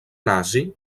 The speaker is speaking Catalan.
nazi